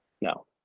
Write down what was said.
no